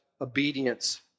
obedience